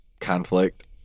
conflict